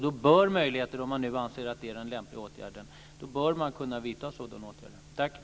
Då bör man, om man nu anser att det är det lämpliga, kunna vidta sådana åtgärder.